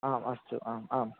आम् अस्तु आम् आम्